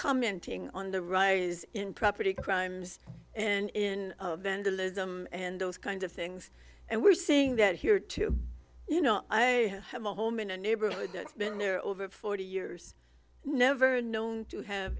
commenting on the rise in property crimes and in vandalism and those kinds of things and we're seeing that here too you know i have a home in a neighborhood that's been there over forty years never known to have